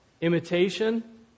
imitation